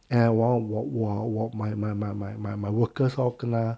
and I !wow! 我我我 my my my my my workers all kena